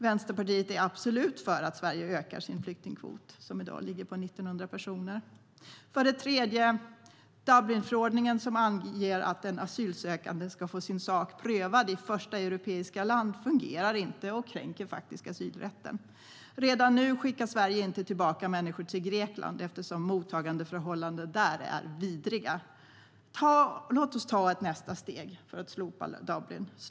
Vänsterpartiet är absolut för att Sverige ökar sin flyktingkvot, som i dag ligger på 1 900 personer. För det tredje: Dublinförordningen, som anger att en asylsökande ska få sin sak prövad i första europeiska land, fungerar inte och kränker asylrätten. Redan nu skickar Sverige inte tillbaka människor till Grekland eftersom mottagandeförhållandena där är vidriga. Låt oss ta ett nästa steg för att slopa Dublinförordningen.